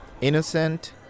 innocent